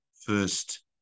first